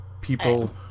people